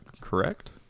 Correct